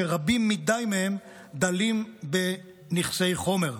שרבים מדי מהם דלים בנכסי חומר.